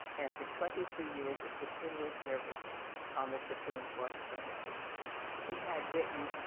after twenty three years of distinguished service on the supreme court bench he had written